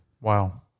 Wow